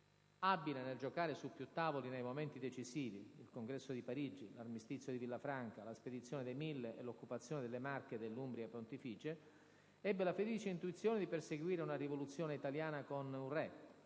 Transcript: Abile nel giocare su più tavoli nei momenti decisivi - il Congresso di Parigi, l'armistizio di Villafranca, la spedizione dei Mille e l'occupazione delle Marche e dell'Umbria pontificie - ebbe la felice intuizione di perseguire una «rivoluzione italiana con un re»